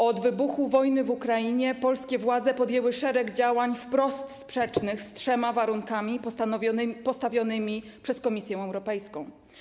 Od wybuchu wojny w Ukrainie polskie władze podjęły szereg działań wprost sprzecznych z trzema warunkami postawionymi przez Komisję Europejską.